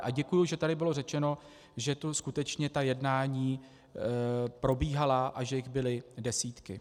A děkuji, že tady bylo řečeno, že skutečně jednání probíhala a že jich byly desítky.